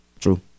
True